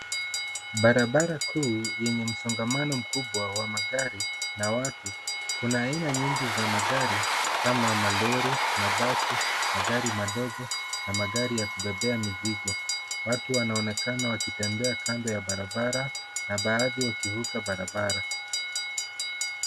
Barabara kuu yenye msongamano mkubwa wa magari na watu. Kuna aina nyingi za magari kama malori, mabasi, magari madogo na magari ya kubebea mizigo. Watu wanaonekana wakitembea kando ya barabara na baadhi wakivuka barabara.